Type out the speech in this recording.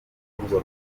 rugamba